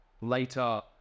later